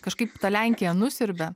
kažkaip ta lenkija nusiurbia